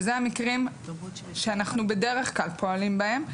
שזה המקרים שאנחנו בדרך כלל פועלים בהם.